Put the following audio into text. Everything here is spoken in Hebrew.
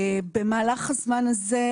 במהלך הזמן הזה,